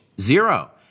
Zero